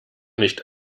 nicht